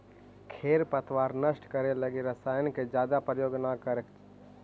खेर पतवार नष्ट करे लगी रसायन के जादे प्रयोग न करऽ